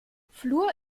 fluor